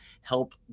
help